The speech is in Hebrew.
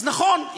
אז נכון,